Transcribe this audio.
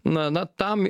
na na tam